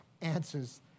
answers